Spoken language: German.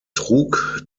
trug